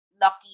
lucky